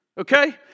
Okay